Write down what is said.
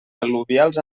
al·luvials